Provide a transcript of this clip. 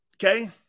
Okay